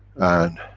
and,